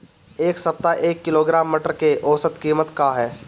एक सप्ताह एक किलोग्राम मटर के औसत कीमत का ह?